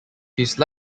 whose